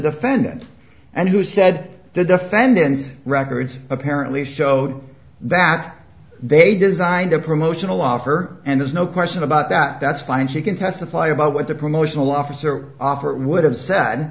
defendant and who said the defendants records apparently showed that they designed a promotional offer and there's no question about that that's fine she can testify about what the promotional officer offer would have